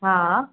हा